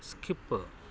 skip